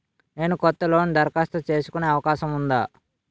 నేను కొత్త లోన్ దరఖాస్తు చేసుకునే అవకాశం ఉందా?